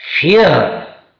Fear